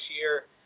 year